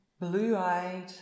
blue-eyed